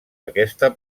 aquesta